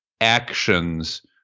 actions